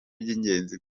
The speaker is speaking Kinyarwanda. by’ingenzi